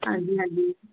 ਹਾਂਜੀ ਹਾਂਜੀ